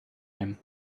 him